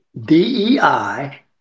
DEI